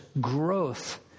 growth